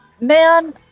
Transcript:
man